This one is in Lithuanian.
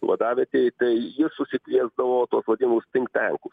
vadavietei tai jis susikviesdavo tuos vadinamus pintankus